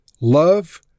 love